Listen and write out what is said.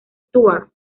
stuart